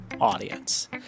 audience